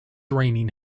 raining